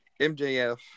MJF